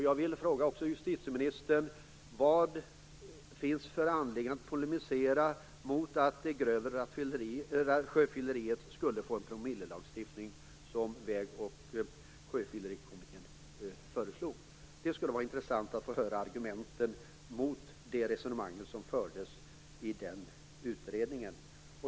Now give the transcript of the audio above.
Jag vill fråga justitieministern: Vad finns det för anledning att polemisera mot att det grövre sjöfylleriet skulle få den promillelagstiftning som Väg och sjöfyllerikommittén föreslog? Det skulle vara intressant att höra argumenten mot det resonemang som fördes i den utredningen.